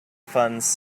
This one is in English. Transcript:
funds